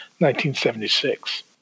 1976